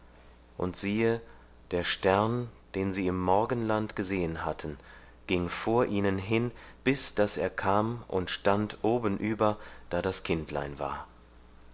und siehe der stern den sie im morgenland gesehen hatten ging vor ihnen hin bis daß er kam und stand oben über da das kindlein war